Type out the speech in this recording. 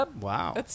Wow